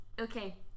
Okay